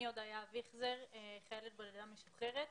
אני חיילת בודדה משוחררת.